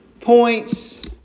points